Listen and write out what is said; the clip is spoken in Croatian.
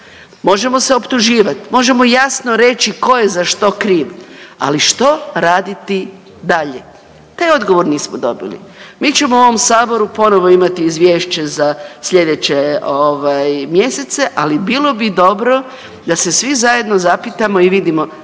Možemo se optuživati, možemo jasno reći tko je za što kriv. Ali, što raditi dalje? Daj odgovor nismo dobili. Mi ćemo u ovom Saboru ponovo imati Izvješće za sljedeće ovaj mjesece, ali bilo bi dobro da se svi zajedno zapitamo i vidimo,